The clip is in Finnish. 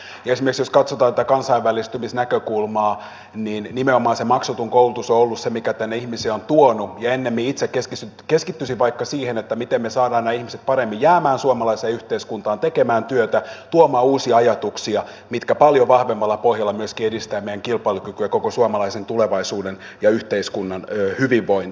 esimerkiksi jos katsotaan tätä kansainvälistymisnäkökulmaa niin nimenomaan se maksuton koulutus on ollut se mikä tänne ihmisiä on tuonut ja itse keskittyisin ennemmin vaikka siihen miten me saamme nämä ihmiset paremmin jäämään suomalaiseen yhteiskuntaan tekemään työtä tuomaan uusia ajatuksia mitkä paljon vahvemmalla pohjalla myöskin edistävät meidän kilpailukykyämme ja koko suomalaisen tulevaisuuden ja yhteiskunnan hyvinvointia